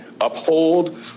uphold